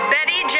Betty